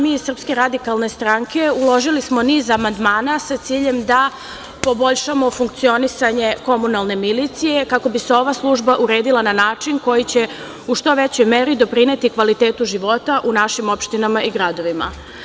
Mi iz SRS uložili smo niz amandmana sa ciljem da poboljšamo funkcionisanje komunalne milicije kako bi se ova služba uredila na način na koji će u što većoj meri doprineti kvalitetu života u našim opštinama i gradovima.